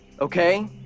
Okay